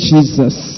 Jesus